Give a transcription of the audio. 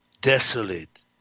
desolate